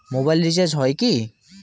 Mobile recharge হয় কি?